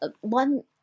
One